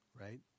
Right